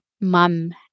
mum